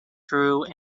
through